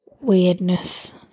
weirdness